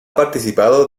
participado